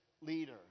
leader